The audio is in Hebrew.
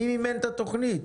מי מימן את התוכנית?